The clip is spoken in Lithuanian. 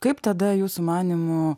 kaip tada jūsų manymu